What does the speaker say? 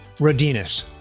Rodinus